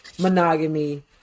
monogamy